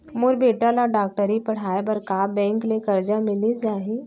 मोर बेटा ल डॉक्टरी पढ़ाये बर का बैंक ले करजा मिलिस जाही?